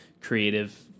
creative